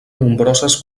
nombroses